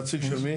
אתה הנציג של מי?